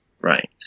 Right